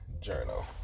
journal